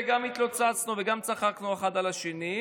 וגם התלוצצנו וגם צחקנו אחד על השני,